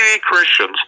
Christians